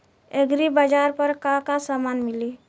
एग्रीबाजार पर का का समान मिली?